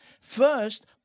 first